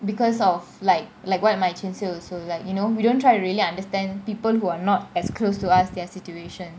because of like like what marichin say also like you know we don't try to really understand people who are not as close to us their situation